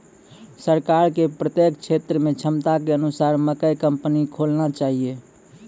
सरकार के प्रत्येक क्षेत्र मे क्षमता के अनुसार मकई कंपनी खोलना चाहिए?